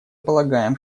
полагаем